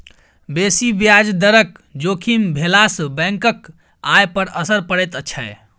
बेसी ब्याज दरक जोखिम भेलासँ बैंकक आय पर असर पड़ैत छै